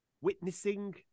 witnessing